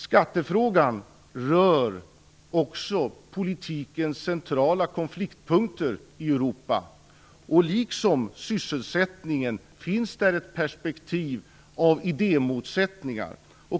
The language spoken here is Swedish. Skattefrågan rör också politikens centrala konfliktpunkter i Europa. Liksom i fråga om sysselsättningen finns där ett perspektiv av idémotsättningar.